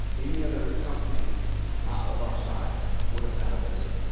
any other company not of our size would have been out of business.